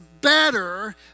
better